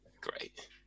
Great